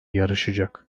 yarışacak